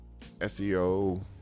SEO